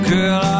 Girl